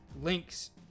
links